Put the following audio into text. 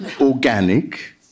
organic